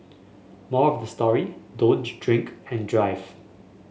moral of the story don't drink and drive